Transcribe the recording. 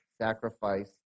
sacrifice